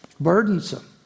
Burdensome